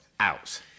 Out